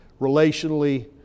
relationally